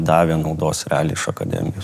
davė naudos realiai iš akademijos